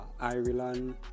ireland